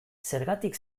zergatik